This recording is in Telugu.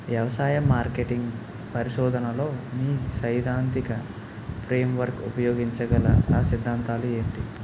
వ్యవసాయ మార్కెటింగ్ పరిశోధనలో మీ సైదాంతిక ఫ్రేమ్వర్క్ ఉపయోగించగల అ సిద్ధాంతాలు ఏంటి?